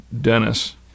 Dennis